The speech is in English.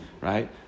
right